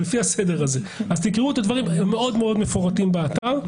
אז תקראו את הדברים שהם מאוד מאוד מפורטים באתר.